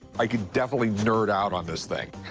i could definitely nerd out on this thing.